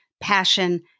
passion